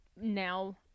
now